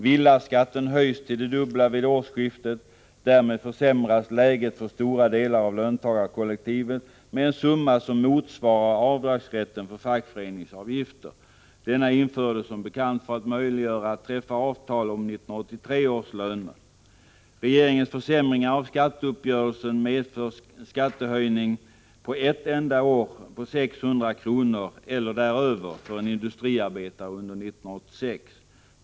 Villaskatten höjs till det dubbla vid årsskiftet. Därmed försämras läget för stora delar av löntagarkollektivet med en summa som motsvarar rätten till avdrag för fackföreningsavgifter. Denna infördes som bekant för att möjliggöra att träffa avtal om 1983 års löner. Regeringens försämringar av skatteuppgörelsen medför under 1986 en skattehöjning på ett enda år med 600 kr. eller mer för en industriarbetare.